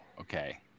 Okay